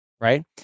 Right